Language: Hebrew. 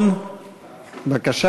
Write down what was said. זו קריאה ראשונה, לכן יש דיון.